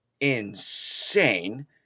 insane